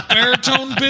Baritone